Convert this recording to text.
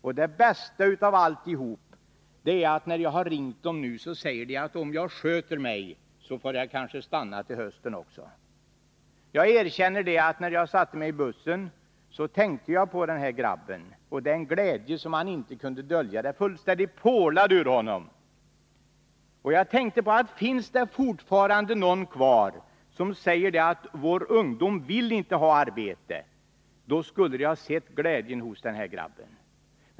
Och det bästa av alltihop är att när jag ringde dem nu säger de, att om jag sköter mig får jag kanske stanna till hösten också. Jag erkänner att när jag satte mig i bussen tänkte jag på den här grabben och den glädje som han inte kunde dölja. Det fullständigt porlade ur honom. Och jag tänkte: Finns det fortfarande några kvar som säger att våra ungdomar inte vill ha arbete, då skulle de ha sett glädjen hos den här grabben.